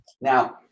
Now